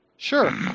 Sure